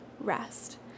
rest